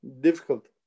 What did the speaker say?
difficult